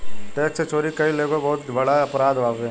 tax के चोरी कईल एगो बहुत बड़का अपराध बावे